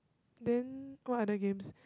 then what other games